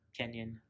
Kenyan